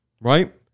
right